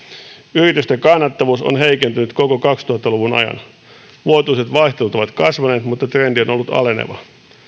yritysten kannattavuus on heikentynyt koko kaksituhatta luvun ajan vuotuiset vaihtelut ovat kasvaneet mutta trendi on ollut aleneva